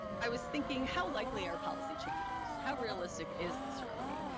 i was thinking, how likely are policy changes? how realistic is this really?